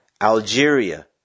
Algeria